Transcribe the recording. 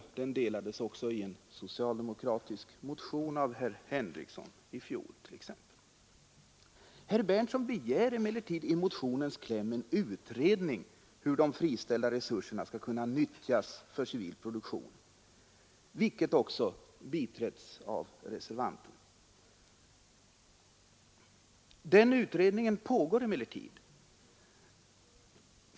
Den oron kom också till uttryck i en socialdemokratisk motion förra året, undertecknad av herr Lars Henrikson. Herr Berndtson begär emellertid i motionens kläm en utredning om hur de friställda resurserna skall kunna nyttjas för civilproduktion, vilket också biträds av reservanten. Denna utredning pågår emellertid.